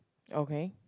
okay